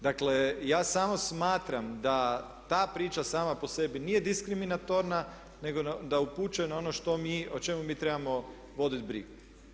Dakle, ja samo smatram da ta priča sama po sebi nije diskriminatorna nego da upućuje na ono što mi, o čemu mi trebamo vodit brigu.